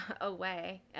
away